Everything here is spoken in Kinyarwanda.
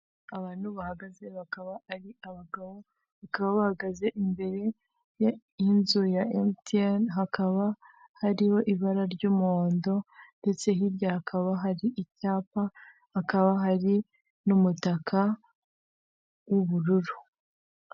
Abantu bahagaze bakaba ari abagabo bakaba bahagaze imbere y'inzu ya emutiyene, hakaba hariho ibara ry'umuhondo ndetse hirya hakaba hari icyapa hakaba hari n'umutaka w'ubururu.